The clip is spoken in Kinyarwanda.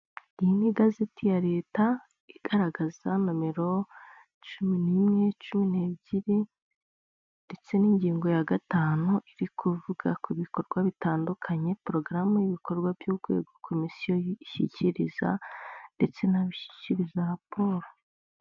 Iyi ni igazeti ya leta igaragaza nomero cumi n'imwe, cumi n'ebyiri ndetse n'ingingo ya gatanu iri kuvuga ku bikorwa bitandukanye pologaramu y'ibikorwa by'urwego komisiyo ishikiriza ndetse nabo ishikiriza raporo.